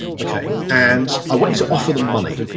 okay. and i want you to offer them money.